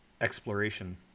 exploration